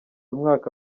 umwaka